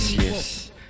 Yes